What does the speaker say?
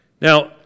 Now